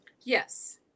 Yes